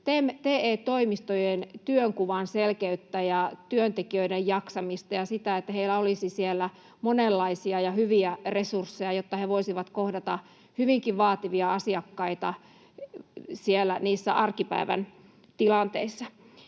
TE-toimistojen työnkuvan selkeyttä ja työntekijöiden jaksamista ja sitä, että heillä olisi siellä monenlaisia hyviä resursseja, jotta he voisivat kohdata hyvinkin vaativia asiakkaita niissä arkipäivän tilanteissa.